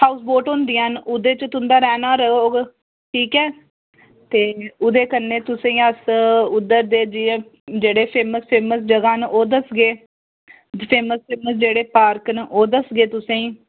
house boat होंदियां न ओह्दे च तुं'दा रौह्ना रौह्ग ठीक ऐ ते ओह्दे कन्नै तुसें ई अस उद्धर दे जि'यां जेह्ड़े फेमस फेमस जगहां न ओह् दस्सगे जित्थै मतलब पार्क न जेह्ड़े ओह् दस्सगे तुसें ई